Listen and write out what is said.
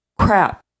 crap